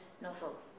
novel